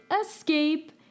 Escape